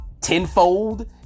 tenfold